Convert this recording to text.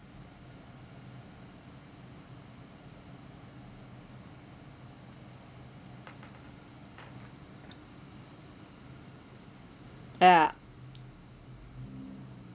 ya